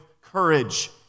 courage